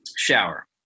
shower